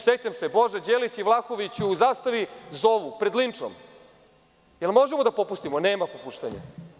Sećam se Bože Đelić i Vlahovića u „Zastavi“ zovu pred linčom - da li možemo da popustimo, nema popuštanja.